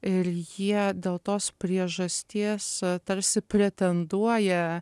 ir jie dėl tos priežasties tarsi pretenduoja